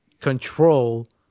control